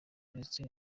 uretse